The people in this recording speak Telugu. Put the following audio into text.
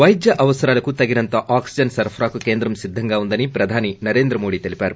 వైద్య అవసరాలకు తగినంత ఆక్సిజన్ సరఫరాకు కేంద్రం సిద్గంగా ఉందని ప్రధానమంత్రి నరేంద్ర మోడీ తెలిపారు